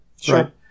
sure